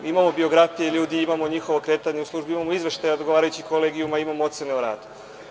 Imamo biografije ljudi, imamo njihova kretanja u službi, imamo izveštaje odgovarajućih kolegijuma, imamo ocene o radu.